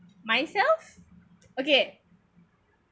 myself okay